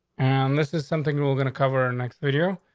and this is something we're we're gonna cover next video.